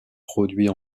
produits